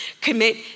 commit